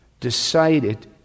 decided